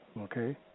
Okay